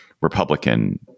Republican